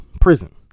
prison